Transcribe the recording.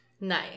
Nice